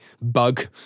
bug